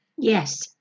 Yes